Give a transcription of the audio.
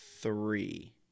Three